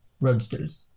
Roadsters